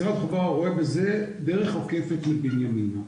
משרד התחבורה רואה בזה דרך עוקפת לבנימינה.